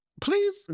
Please